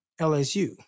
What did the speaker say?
LSU